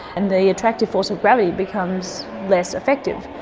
and the attractive force of gravity becomes less effective.